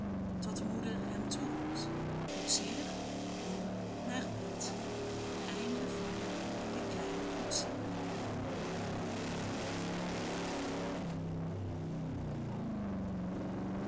tot moeder hem toeroept koetsier nu naar bed